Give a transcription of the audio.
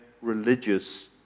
religious